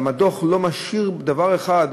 גם הדוח לא משאיר דבר אחד,